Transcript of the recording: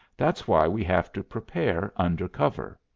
that's why we have to prepare under cover.